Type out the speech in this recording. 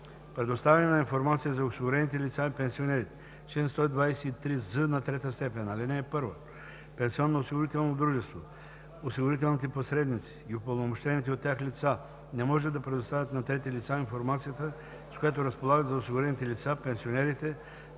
Предоставяне на информация за осигурените лица и пенсионерите Чл. 123з3. (1) Пенсионноосигурителното дружество, осигурителните посредници и упълномощените от тях лица не може да предоставят на трети лица информацията, с която разполагат за осигурените лица, пенсионерите,